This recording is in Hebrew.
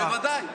בוודאי.